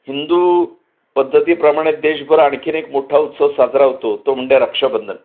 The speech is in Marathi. हिंदू पद्धतीप्रमाणे देशभर आणखीन एक मोठा उत्सव साजरा होतो तो म्हणजे रक्षाबंधन